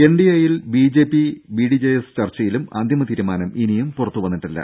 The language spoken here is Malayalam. എൻഡിഎ യിൽ ബിജെപി ബിഡിജെഎസ് ചർച്ചയിലും അന്തിമ തീരുമാനം ഇനിയും പുറത്തുവന്നിട്ടില്ല